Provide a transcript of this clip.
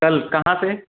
कल कहाँ पर